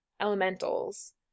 elementals